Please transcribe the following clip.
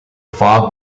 fog